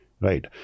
Right